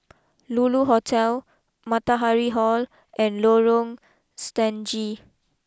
Lulu Hotel Matahari Hall and Lorong Stangee